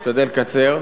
אני אשתדל לקצר.